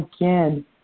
again